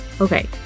Okay